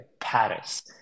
Paris